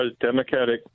Democratic